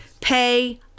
pay